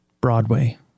Broadway